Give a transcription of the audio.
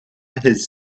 his